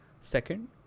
Second